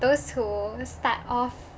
those who start off